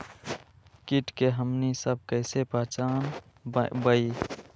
किट के हमनी सब कईसे पहचान बई?